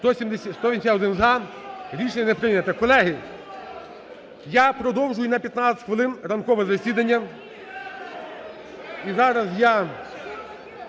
За-181 Рішення не прийнято. Колеги, я продовжую на 15 хвилин ранкове засідання